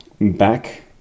back